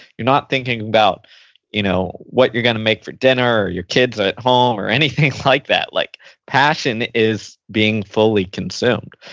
you're not thinking about you know what you're going to make your dinner or your kids at home, or anything like that. like passion is being fully consumed.